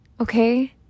okay